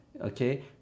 okay